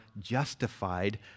justified